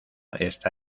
está